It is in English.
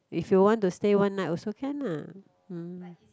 if you want to stay one night also can lah hmm